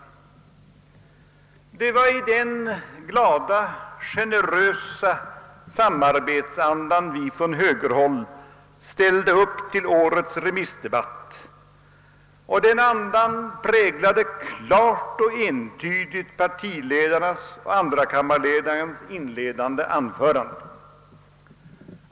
Det var i denna glada, generösa samarbetsanda vi i högerpartiet ställde upp till årets remissdebatt och den andan präglade klart och entydigt partiledarnas liksom högerns andrakammarledares inledande anföranden.